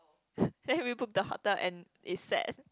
then we book the hotel and it's set